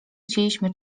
chcieliśmy